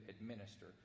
administer